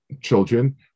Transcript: children